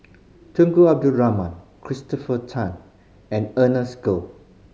Tunku Abdul Rahman Christopher Tan and Ernest Goh